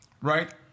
Right